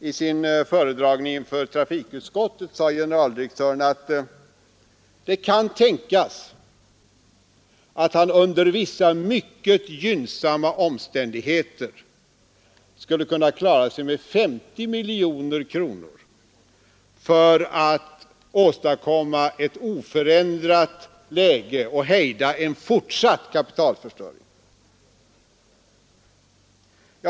I sin föredragning inför trafikutskottet sade generaldirektören, att det kan tänkas att man under vissa, mycket gynnsamma omständigheter skulle kunna klara sig med 50 miljoner kronor extra för att åstadkomma ett oförändrat läge och hejda en fortsatt kapitalförstöring.